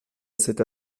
cette